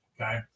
Okay